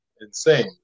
insane